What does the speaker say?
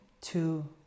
Two